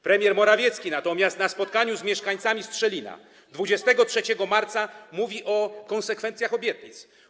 Premier Morawiecki natomiast na spotkaniu z mieszkańcami Strzelina 23 marca mówi o konsekwencjach obietnic.